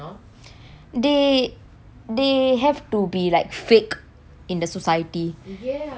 they they have to be like fake in the society right